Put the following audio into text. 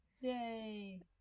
Yay